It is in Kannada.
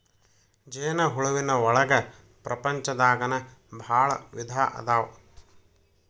ಜೇನ ಹುಳುವಿನ ಒಳಗ ಪ್ರಪಂಚದಾಗನ ಭಾಳ ವಿಧಾ ಅದಾವ